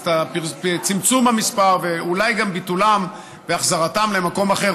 אז הצמצום במספרם ואולי גם ביטולם והחזרתם למקום אחר,